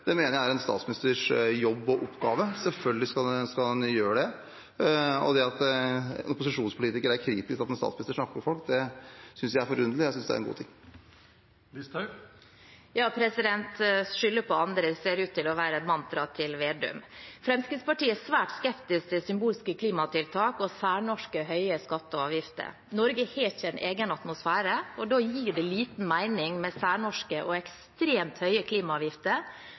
Det mener jeg er en statsministers jobb og oppgave. Selvfølgelig skal han gjøre det, og det at en opposisjonspolitiker er kritisk til at en statsminister snakker med folk, synes jeg er forunderlig. Jeg synes det er en god ting. Å skylde på andre ser ut til å være mantraet til Slagsvold Vedum. Fremskrittspartiet er svært skeptisk til symbolske klimatiltak og særnorske høye skatter og avgifter. Norge har ikke en egen atmosfære, og da gir det liten mening med særnorske og ekstremt høye klimaavgifter,